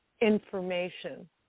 Information